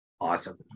Awesome